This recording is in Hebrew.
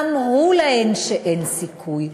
אמרו להן שאין סיכוי,